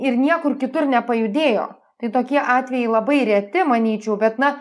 ir niekur kitur nepajudėjo tai tokie atvejai labai reti manyčiau bet na